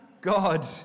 God